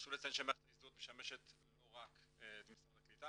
חשוב לציין שמערכת ההזדהות משמשת לא רק את משרד הקליטה,